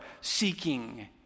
seeking